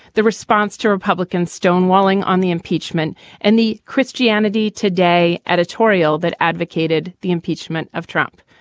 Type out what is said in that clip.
the response to republican stonewalling on the impeachment and the christianity today editorial that advocated the impeachment of trump.